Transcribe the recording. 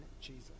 Jesus